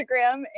Instagram